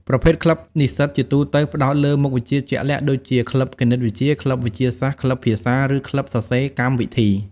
ប្រភេទក្លឹបនិស្សិតជាទូទៅ ផ្តោតលើមុខវិជ្ជាជាក់លាក់ ដូចជា ក្លឹបគណិតវិទ្យា ក្លឹបវិទ្យាសាស្ត្រ ក្លឹបភាសា ឬក្លឹបសរសេរកម្មវិធី។